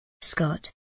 Scott